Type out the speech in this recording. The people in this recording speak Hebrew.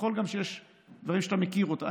יכול להיות שיש דברים שאתה מכיר אותם.